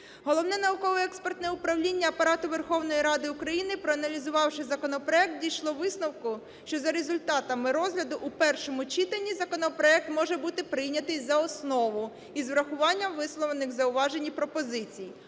Головне науково-експертне управління Апарату Верховної Ради України, проаналізувавши законопроект, дійшло висновку, що за результатами розгляду у першому читанні законопроект може бути прийнятий за основу із врахуванням висловлених зауважень і пропозицій.